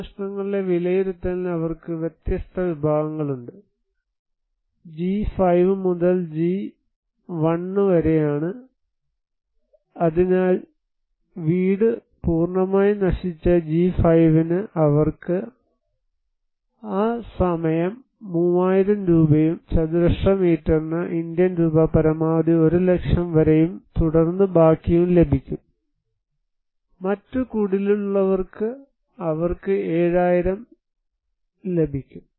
നാശനഷ്ടങ്ങളുടെ വിലയിരുത്തലിന് അവർക്ക് വ്യത്യസ്ത വിഭാഗങ്ങളുണ്ട് ജി 5 മുതൽ ജി 1 വരെ അതിനാൽ വീട് പൂർണ്ണമായും നശിച്ച ജി 5 ന് അവർക്ക് ആ സമയം 3000 രൂപയും ചതുരശ്ര മീറ്ററിന് ഇന്ത്യൻ രൂപ പരമാവധി 1 ലക്ഷം വരെയും തുടർന്ന് ബാക്കിയും ലഭിക്കും മറ്റ് കുടിലുകളുള്ളവർക്ക് അവർക്ക് 7000 ലഭിക്കും